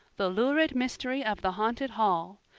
the lurid mystery of the haunted hall.